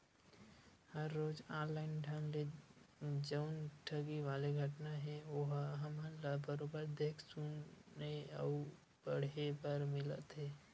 हर रोज ऑनलाइन ढंग ले जउन ठगी वाले घटना हे ओहा हमन ल बरोबर देख सुने अउ पड़हे बर मिलत हे